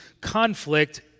conflict